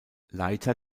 leiter